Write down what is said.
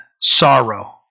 sorrow